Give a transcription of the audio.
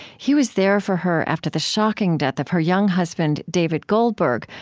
he was there for her after the shocking death of her young husband, david goldberg,